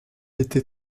était